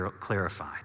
clarified